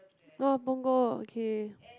no ah punggol okay